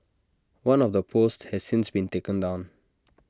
one of the posts has since been taken down